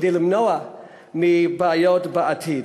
כדי למנוע בעיות בעתיד.